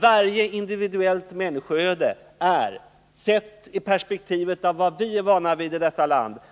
Varje individuellt människoöde är, sett i det perspektiv som vi är vana vid,